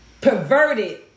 Perverted